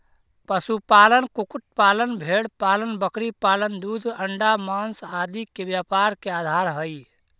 पशुपालन, कुक्कुट पालन, भेंड़पालन बकरीपालन दूध, अण्डा, माँस आदि के व्यापार के आधार हइ